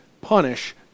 punish